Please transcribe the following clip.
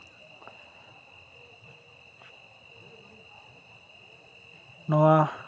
ᱱᱚᱣᱟ